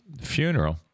funeral